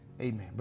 amen